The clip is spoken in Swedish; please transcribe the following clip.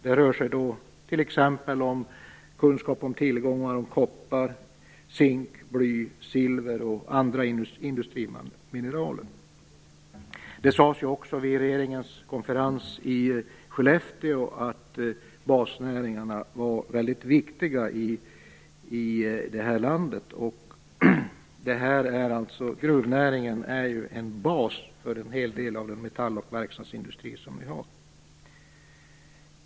Det rör sig då t.ex. om kunskaper om tillgångar av koppar, zink, bly, silver och andra industrimineraler. Vid regeringens konferens i Skellefteå sades det också att basnäringarna var väldigt viktiga i det här landet. Grundnäringen är ju en bas för en hel del av vår metall och verkstadsindustri.